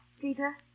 Peter